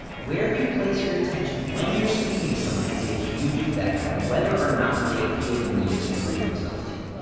where you place your attention when you're speaking to someone has a huge effect on whether or not they feel the need to prove themselves to you.